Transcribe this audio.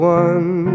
one